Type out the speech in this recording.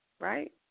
Right